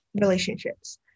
relationships